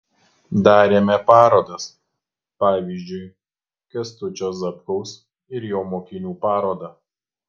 darėme parodas pavyzdžiui kęstučio zapkaus ir jo mokinių parodą